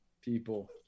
people